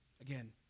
Again